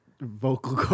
Vocal